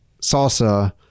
salsa